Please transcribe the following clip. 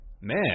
Man